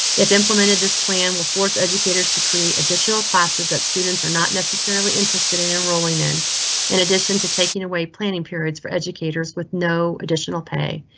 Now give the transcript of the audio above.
if implemented, this plan will force educators to create additional classes that students are not necessarily interested. enrolling in in addition to taking away planning periods for educators with no additional pay,